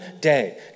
day